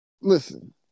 Listen